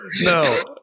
No